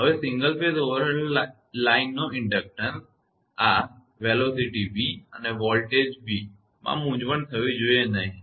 હવે single phase overhead લાઇનનો inductance આ વેગ v અને વોલ્ટેજ v માં મૂંઝવણ થવી જોઈએ નહીં